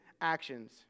actions